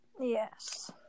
Yes